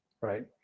right